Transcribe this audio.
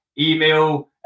email